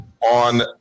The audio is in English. on